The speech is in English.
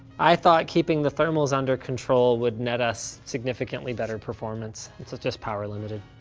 i thought keeping the thermals under control would net us significantly better performance, this is just power limited.